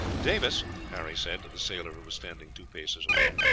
davis, harry said to the sailor who was standing two paces away,